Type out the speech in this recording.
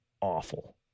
awful